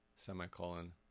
semicolon